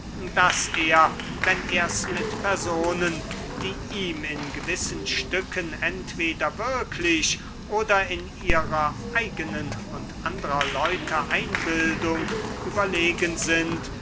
daß er wenn er's mit personen die ihm in gewissen stücken entweder wirklich oder in ihrer eigenen und andrer leute einbildung überlegen sind